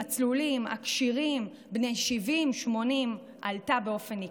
הצלולים והכשירים בני 70 ו-80 עלתה באופן ניכר.